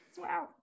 wow